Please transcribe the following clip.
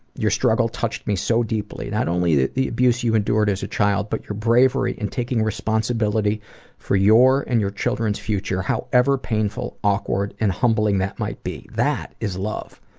your struggle touched me so deeply, not only the the abuse you endured as a child, but your bravery and taking responsibility for your and your children's future, however painful, awkward and humbling that might be. that is love.